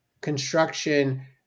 construction